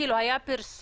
כאילו היה פרסום.